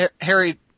Harry